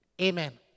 Amen